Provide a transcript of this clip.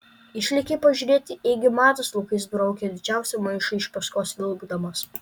išlėkė pažiūrėti ėgi matas laukais braukė didžiausią maišą iš paskos vilkdamas